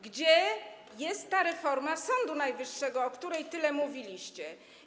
Gdzie jest ta reforma Sądu Najwyższego, o której tyle mówiliście?